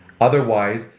Otherwise